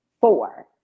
four